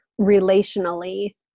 relationally